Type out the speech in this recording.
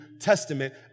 Testament